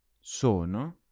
Sono